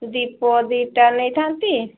ଦୀପ ଦୁଇଟା ନେଇଥାନ୍ତି